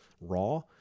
raw